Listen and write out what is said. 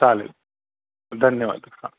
चालेल धन्यवाद हा